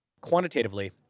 Quantitatively